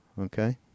okay